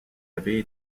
avaient